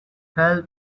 help